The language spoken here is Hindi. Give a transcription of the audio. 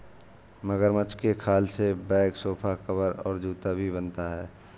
मगरमच्छ के खाल से बैग सोफा कवर और जूता भी बनता है